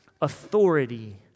authority